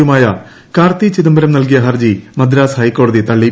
യുമായ കാർത്തി ചിദംബരം നൽകിയ ഹർജി മദ്രാസ് ഹൈക്കോടതി തള്ളി